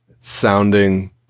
sounding